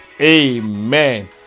Amen